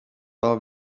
war